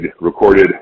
recorded